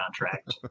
contract